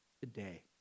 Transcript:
today